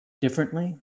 differently